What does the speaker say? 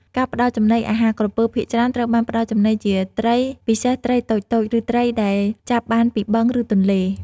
ការផ្តល់ចំណីអាហារក្រពើភាគច្រើនត្រូវបានផ្តល់ចំណីជាត្រី ពិសេសត្រីតូចៗ ឬត្រីដែលចាប់បានពីបឹង ឬទន្លេ។